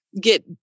get